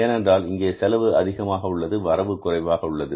ஏனென்றால் இங்கே செலவு அதிகமாக உள்ளது வரவு குறைவாக உள்ளது